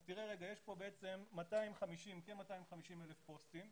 יש כאן כ-250,000 פוסטים,